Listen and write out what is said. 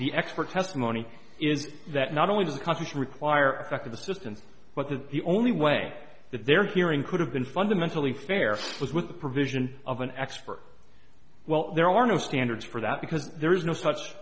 the expert testimony is that not only the countries require effect of assistance but that the only way that they're hearing could have been fundamentally fair was with the provision of an expert well there are no standards for that because there is no such